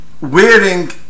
wearing